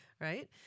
Right